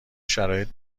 شرایط